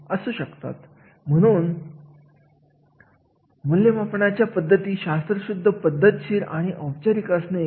इथे कोणते कार्य करणे अपेक्षित आहे आहे आणि या कार्यासाठी किती मजुरी योग्य असेल